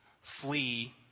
flee